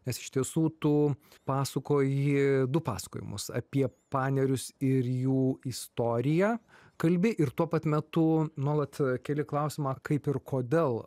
nes iš tiesų tu pasakoji du pasakojimus apie panerius ir jų istoriją kalbi ir tuo pat metu nuolat keli klausimą kaip ir kodėl